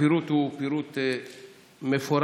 הפירוט הוא פירוט מפורט,